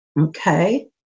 Okay